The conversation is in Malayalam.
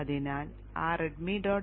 അതിനാൽ ആ readme